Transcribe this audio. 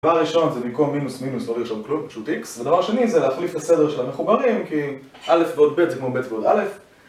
דבר ראשון זה במקום מינוס מינוס לא לרשום כלום, פשוט איקס ודבר שני זה להחליף את הסדר של המחוברים כי א' ועוד ב' זה כמו ב' ועוד א'